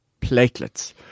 platelets